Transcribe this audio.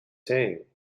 saying